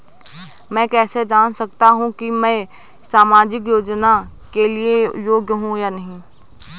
मैं कैसे जान सकता हूँ कि मैं सामाजिक योजना के लिए योग्य हूँ या नहीं?